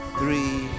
three